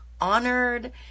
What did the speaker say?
honored